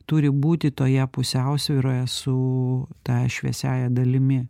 turi būti toje pusiausvyroje su ta šviesiąja dalimi